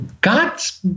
God's